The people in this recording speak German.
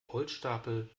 holzstapel